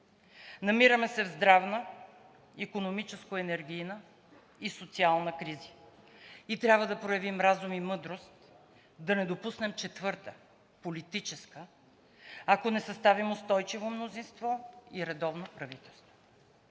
Намираме се в здравна, икономическо-енергийна и социална криза и трябва да проявим разум и мъдрост да не допуснем четвърта – политическа, ако не съставим устойчиво мнозинство и редовно правителство.